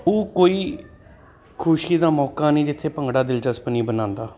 ਉਹ ਕੋਈ ਖੁਸ਼ੀ ਦਾ ਮੌਕਾ ਨਹੀਂ ਜਿੱਥੇ ਭੰਗੜਾ ਦਿਲਚਸਪ ਨਹੀਂ ਬਣਾਉਂਦਾ